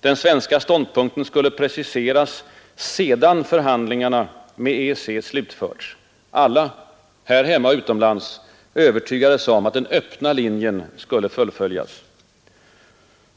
Den svenska ståndpunkten skulle preciseras sedan förhandlingarna med EEC slutförts. Alla — här hemma och utomlands — Övertygades om att den ”öppna” linjen skulle fullföljas.